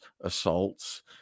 assaults